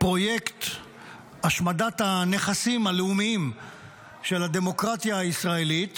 פרויקט השמדת הנכסים הלאומיים של הדמוקרטיה הישראלית